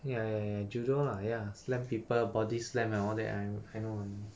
ya ya ya judo lah ya slam people body slam and all that I I know I know